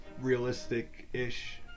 realistic-ish